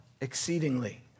exceedingly